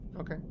Okay